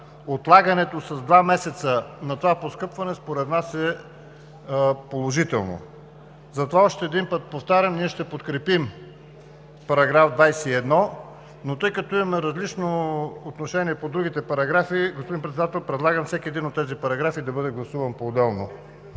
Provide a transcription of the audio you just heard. отлагането с два месеца на това поскъпване според нас е положително. Още веднъж повтарям, ние ще подкрепим § 21, но тъй като имаме различно отношение по другите параграфи, господин Председател, предлагам всеки един от тези параграфи да бъде гласуван поотделно.